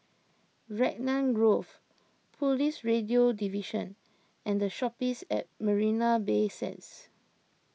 Raglan Grove Police Radio Division and the Shoppes at Marina Bay Sands